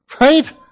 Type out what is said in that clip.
Right